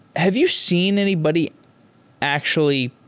have you seen anybody actually